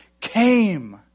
came